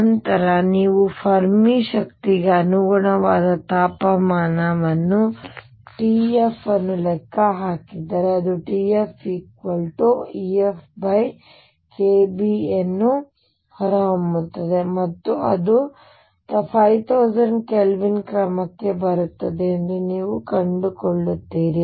ನಂತರ ನೀವು ಫೆರ್ಮಿ ಶಕ್ತಿಗೆ ಅನುಗುಣವಾದ ತಾಪಮಾನ TF ಅನ್ನು ಲೆಕ್ಕ ಹಾಕಿದರೆ ಅದು TFFkB ಎಂದು ಹೊರಹೊಮ್ಮುತ್ತದೆ ಮತ್ತು ಅದು 50000 ಕೆಲ್ವಿನ್ ಕ್ರಮಕ್ಕೆ ಬರುತ್ತದೆ ಎಂದು ನೀವು ಕಂಡುಕೊಳ್ಳುತ್ತೀರಿ